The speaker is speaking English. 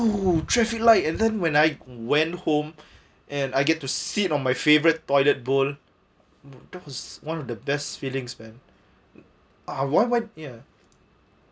traffic light and then when I went home and I get to sit on my favourite toilet bowl that was one of the best feeling man ah why want ya